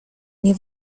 nie